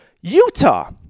Utah